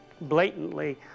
blatantly